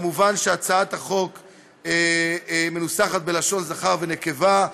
מובן שהצעת החוק מנוסחת בלשון זכר ונקבה,